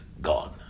gone